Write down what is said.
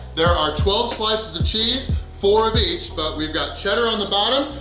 there are twelve slices of cheese, four of each but we've got cheddar on the bottom,